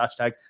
hashtag